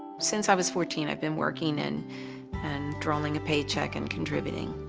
since i was fourteen, i've been working, and and drawing a paycheck, and contributing.